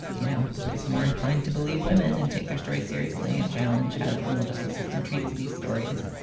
you know, is more inclined to believe women and take their story seriously and challenge how the criminal justice system treats these stories.